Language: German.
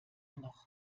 noch